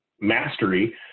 mastery